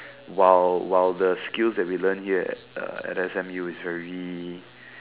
while while the skills that we learn here at uh at S_M_U is very